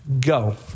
go